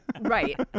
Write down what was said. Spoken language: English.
Right